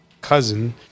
cousin